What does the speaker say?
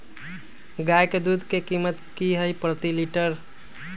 गाय के दूध के कीमत की हई प्रति लिटर?